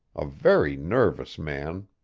a very nervous man.